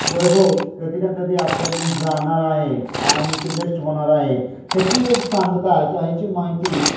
वैभव कधी ना कधी आपल्याकडून जाणार आहे आणि ते नष्ट होणार आहे ह्याची एक सांगता की ह्याची माहिती